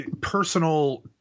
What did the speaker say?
personal